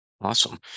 Awesome